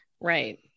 right